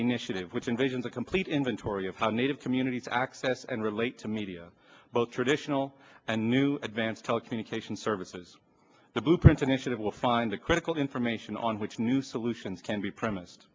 initiative which envisions a complete inventory of how native communities access and relate to media both traditional and new advanced telecommunications services the blueprints initiative will find the critical information on which new solutions can be promise